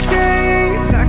days